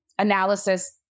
analysis